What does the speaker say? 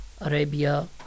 Arabia